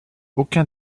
aucun